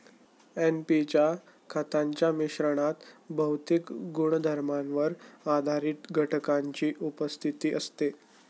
NP च्या खतांच्या मिश्रणात भौतिक गुणधर्मांवर आधारित घटकांची उपस्थिती असते